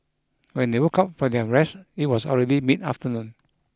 when they woke up from their rest it was already mid afternoon